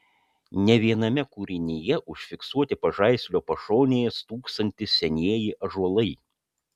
ne viename kūrinyje užfiksuoti pažaislio pašonėje stūksantys senieji ąžuolai